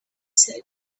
said